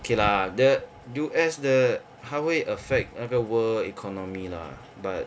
okay lah the U_S 的它会 affect 那个 world economy lah but